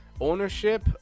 ownership